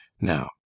now